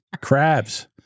Crabs